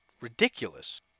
ridiculous